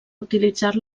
utilitzar